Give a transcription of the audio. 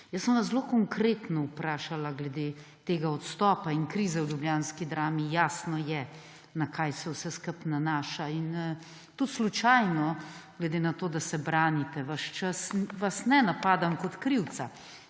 sem vas vprašala glede tega odstopa in krize v ljubljanski Drami. Jasno je, na kaj se vse skupaj nanaša, in tudi slučajno, glede na to, da se branite ves čas, vas ne napadam kot krivca.